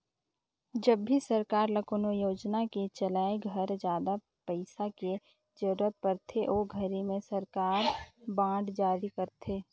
जब भी सरकार ल कोनो योजना के चलाए घर जादा पइसा के जरूरत परथे ओ घरी में सरकार बांड जारी करथे